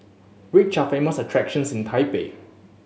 which are famous attractions in Taipei